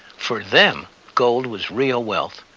for them, gold was real wealth.